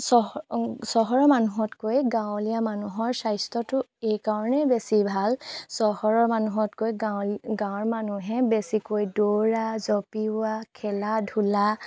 চহৰৰ মানুহতকৈ গাঁৱলীয়া মানুহৰ স্বাস্থ্যটো এইকাৰণেই বেছি ভাল চহৰৰ মানুহতকৈ গাঁৱৰ মানুহে বেছিকৈ দৌৰা জঁপিওৱা খেলা ধূলা